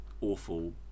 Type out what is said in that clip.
awful